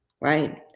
right